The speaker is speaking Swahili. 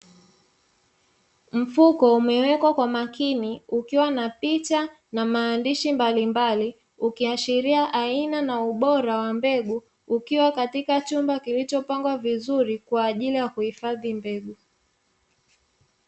Mfuko umewekwa kwa makini, ukiwa na picha na maandishi mbalimbali, ukiashiria aina na ubora wa mbegu, ukiwa katika chumba kilichopangwa vizuri kwa ajili ya kuhifadhi mbegu.